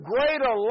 Greater